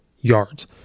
yards